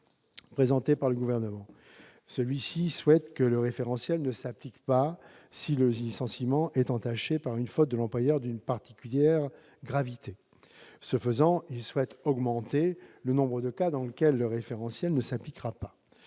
n° 228, le Gouvernement souhaite que le référentiel ne s'applique pas si le licenciement est entaché par une faute de l'employeur d'une particulière gravité. Ce faisant, il souhaite augmenter le nombre des cas dans lesquels le référentiel ne s'appliquera pas.